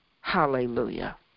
Hallelujah